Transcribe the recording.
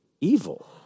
evil